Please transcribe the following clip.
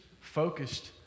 focused